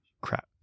Crap